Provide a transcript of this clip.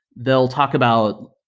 they'll talk about,